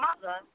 mother